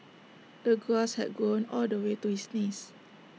the grass had grown all the way to his knees